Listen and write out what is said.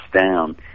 down